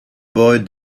boy